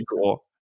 cool